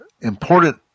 important